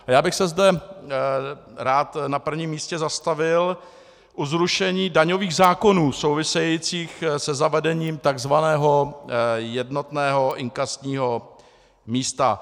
Já bych se zde rád na prvním místě zastavil u zrušení daňových zákonů souvisejících se zavedením tzv. jednotného inkasního místa.